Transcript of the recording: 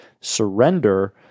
surrender